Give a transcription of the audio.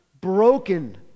broken